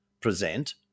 present